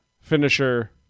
finisher